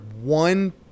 one